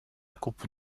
coupe